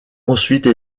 ensuite